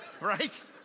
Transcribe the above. right